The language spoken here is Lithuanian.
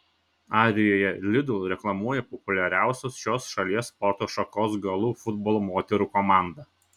arijoje lidl reklamuoja populiariausios šios šalies sporto šakos galų futbolo moterų komanda